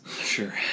Sure